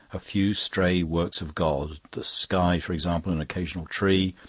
a few stray works of god the sky, for example, an occasional tree,